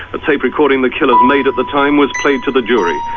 a tape recording the killers made at the time was played to the jury.